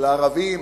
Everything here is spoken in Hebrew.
של הערבים.